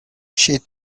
she